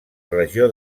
regió